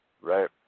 right